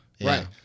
right